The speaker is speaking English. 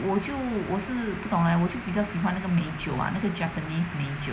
我就我是不懂 leh 我就比较喜欢那个美酒 ah 那个 japanese 美酒